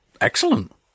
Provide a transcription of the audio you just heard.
Excellent